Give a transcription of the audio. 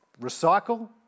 recycle